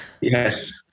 Yes